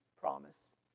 promise